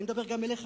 אני מדבר גם אליך,